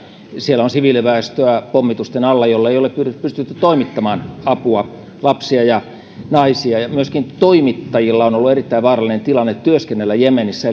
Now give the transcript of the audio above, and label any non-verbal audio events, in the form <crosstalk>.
siellä on pommitusten alla siviiliväestöä jolle ei ole pystytty toimittamaan apua lapsia ja naisia myöskin toimittajilla on ollut erittäin vaarallinen tilanne työskennellä jemenissä <unintelligible>